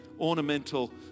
ornamental